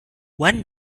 one